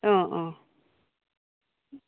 অঁ অঁ